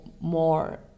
more